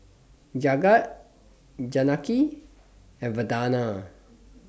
Jagat Janaki and Vandana